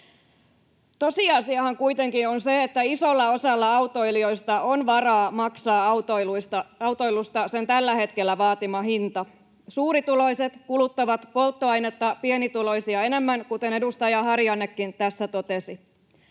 Tosiasiahan kuitenkin on se, että isolla osalla autoilijoista on varaa maksaa autoilusta sen tällä hetkellä vaatima hinta. Suurituloiset kuluttavat polttoainetta pienituloisia enemmän, kuten edustaja Harjannekin tässä totesi.